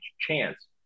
chance